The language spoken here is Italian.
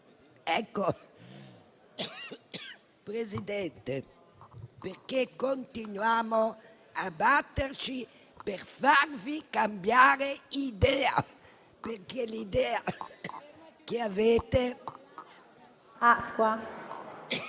Ecco, Presidente, perché continuiamo a batterci per farvi cambiare idea, perché l'idea che avete mina